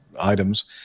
items